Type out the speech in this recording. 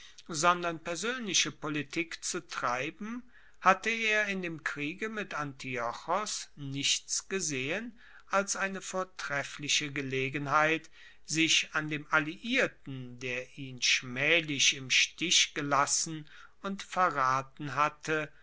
sondern persoenliche politik zu treiben hatte er in dem kriege mit antiochos nichts gesehen als eine vortreffliche gelegenheit sich an dem alliierten der ihn schmaehlich im stich gelassen und verraten hatte